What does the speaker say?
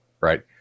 right